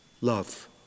love